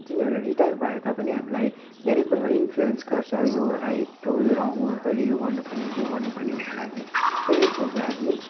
तिनीहरू रिटायर भए तापनि हामीलाई धेरै कुरो इन्फ्लुवेन्स गर्छ यो राइट हो यो रङ हो तैँले यो गर्नपर्ने त्यो गर्नपर्ने भनेर हामी धेरै थोकबाट हामी